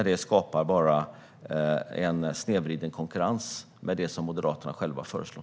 Den skapar bara en snedvriden konkurrens med det som Moderaterna föreslår.